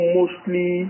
mostly